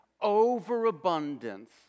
overabundance